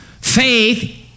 Faith